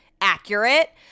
accurate